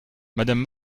madame